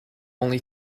only